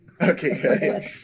Okay